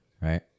Right